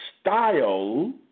style